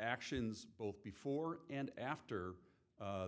actions both before and after